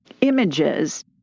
images